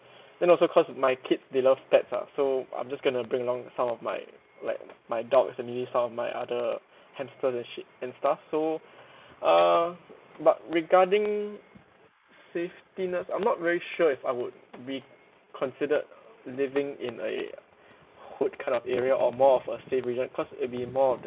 then also cause my kids they love pets ah so I'm just going to bring along the some of my like my dog and maybe some my other hamster and shit and stuff so uh but regarding safetiness I'm not very sure if I would be considered living in a hood kind of area or more of a safe region cause it'll be more of the